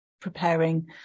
preparing